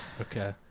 Okay